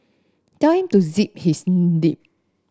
tell him to zip his lip